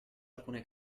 alcune